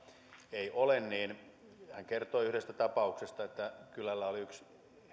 ei ole niin hän kertoi yhdestä tapauksesta eli että kylällä oli yksi